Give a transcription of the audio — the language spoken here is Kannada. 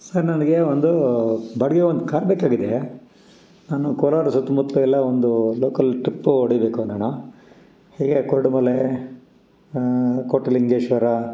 ಸರ್ ನನಗೆ ಒಂದು ಬಾಡ್ಗೆಗೆ ಒಂದು ಕಾರ್ ಬೇಕಾಗಿದೆ ನಾನು ಕೋಲಾರ ಸುತ್ತಮುತ್ಲು ಎಲ್ಲ ಒಂದು ಲೋಕಲ್ ಟ್ರಿಪ್ಪು ಹೊಡಿಬೇಕು ನಾನು ಹೀಗೆ ಕುರುಡುಮಲೆ ಕೋಟಿಲಿಂಗೇಶ್ವರ